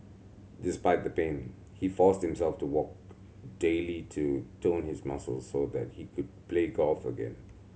despite the pain he forced himself to walk daily to tone his muscles so that he could play golf again